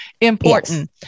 important